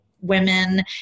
women